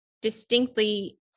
distinctly